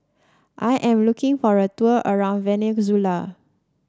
I am looking for a tour around Venezuela